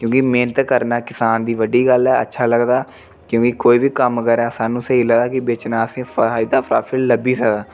क्योंकि मेह्नत करना किसान दी बड्डी गल्ल ऐ अच्छा लगदा क्योंकि कोई बी कम्म करै सानूं स्हेई लगदा कि बेचना असेंगी फायदा प्राफिट लब्भी सकदा